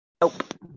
Nope